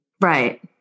Right